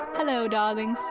hello dobbins,